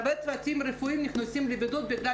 הרבה צוותים רפואיים נכנסים לבידוד בגלל